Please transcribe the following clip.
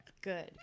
good